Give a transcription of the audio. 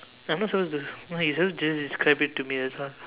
I'm not suppose to why you suppose to just describe it to me that's all